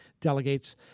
delegates